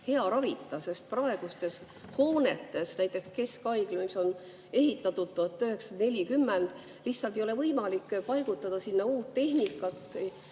hea ravita, sest praegustesse hoonetesse, näiteks keskhaiglasse, mis on ehitatud 1940, lihtsalt ei ole võimalik paigutada uut tehnikat.